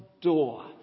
door